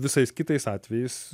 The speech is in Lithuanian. visais kitais atvejais